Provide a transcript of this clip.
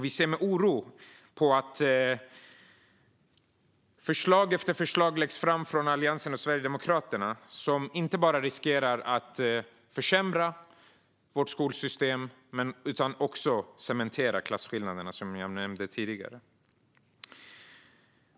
Vi ser med oro på att förslag efter förslag läggs fram från Alliansen och Sverigedemokraterna, som riskerar att inte bara försämra vårt skolsystem utan också cementera klasskillnaderna, som jag nämnde tidigare.